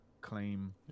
claim